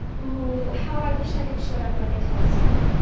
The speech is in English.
oh, how i wish i could shut up like a telescope!